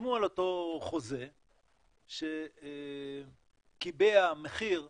חתמו על אותו חוזה שקיבע מחיר שהוא,